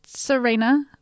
Serena